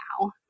now